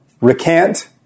recant